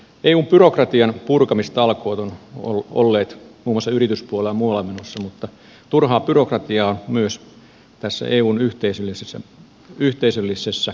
eun byrokratian purkamistalkoot ovat olleet muun muassa yrityspuolella ja muualla menossa mutta turhaa byrokratiaa on myös tässä eun yhteisöllisessä yhteisössä purettava